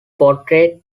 portrait